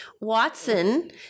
Watson